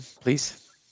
please